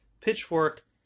pitchfork